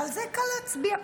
ועל זה קל להצביע.